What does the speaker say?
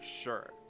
sure